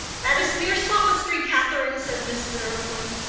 that is mere sophistry, catherine, said mrs. arrowpoint.